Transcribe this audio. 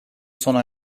sona